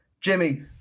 Jimmy